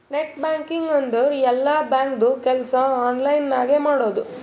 net banking ಅಂದುರ್ ಎಲ್ಲಾ ಬ್ಯಾಂಕ್ದು ಕೆಲ್ಸಾ ಆನ್ಲೈನ್ ನಾಗೆ ಮಾಡದು